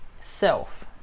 self